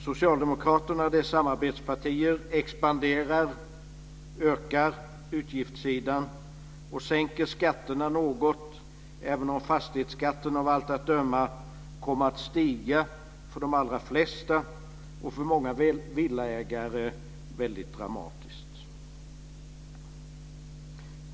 Socialdemokraterna och deras samarbetspartier expanderar, ökar, utgiftssidan och sänker skatterna något, även om fastighetsskatten av allt att döma kommer att stiga för de allra flesta - och för många villaägare dramatiskt.